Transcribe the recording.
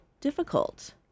difficult